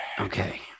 Okay